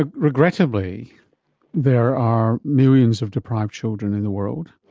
ah regrettably there are millions of deprived children in the world,